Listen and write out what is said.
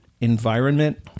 environment